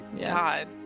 God